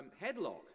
headlock